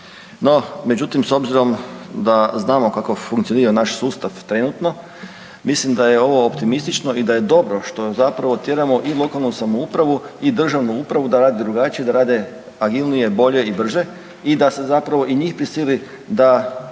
No, međutim s obzirom da znamo kako funkcionira naš sustav trenutno, mislim da je ovo optimistično i da je dobro što tjeramo i lokalnu samoupravu i državnu upravu da rade drugačije, da rade agilnije, bolje i brže i da se i njih prisili da